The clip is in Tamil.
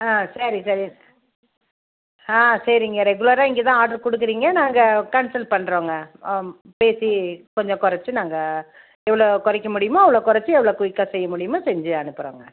ஆ சரி சரி ஆ சரிங்க ரெகுலராக இங்கே தான் ஆட்ரு கொடுக்குறீங்க நாங்கள் கேன்சல் பண்ணுறோங்க ஆம் பேசி கொஞ்சம் கொறைச்சி நாங்கள் எவ்வளோ குறைக்க முடியுமோ அவ்வளோ கொறைச்சி எவ்வளோ குயிக்காக செய்ய முடியுமோ செஞ்சு அனுப்புகிறோங்க